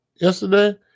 yesterday